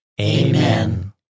Amen